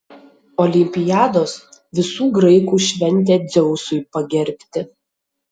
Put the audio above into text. olimpiados visų graikų šventė dzeusui pagerbti